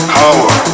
power